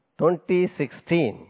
2016